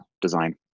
design